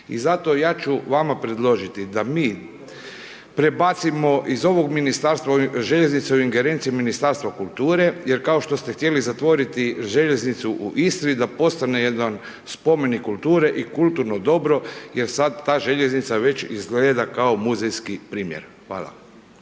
I zato, ja ću vama predložiti, da mi prebacimo iz ovog ministarstva željeznice u ingerenciju Ministarstva kulture, jer kao što ste htjeli zatvoriti željeznicu u Istri, da postane jedan spomenik kulture i kulturno dobro jer sad ta željeznica već izgleda kao muzejski primjerak. Hvala.